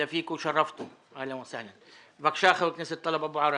אני מברך את הנוכחים.